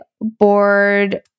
board